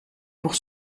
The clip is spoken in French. pour